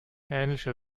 ähnliche